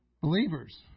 Believers